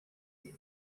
ella